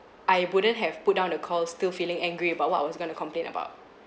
I wouldn't have put down the call still feeling angry about what was I going to complain about